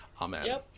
Amen